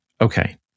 Okay